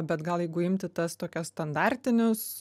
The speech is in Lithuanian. bet gal jeigu imti tas tokias standartinius